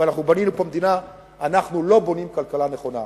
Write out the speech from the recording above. אנחנו לא בונים כלכלה נכונה.